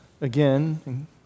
Again